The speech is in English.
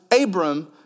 Abram